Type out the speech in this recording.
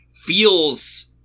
feels